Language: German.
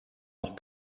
noch